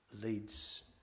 leads